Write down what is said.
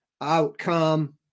outcome